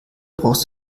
brauchst